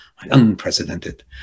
Unprecedented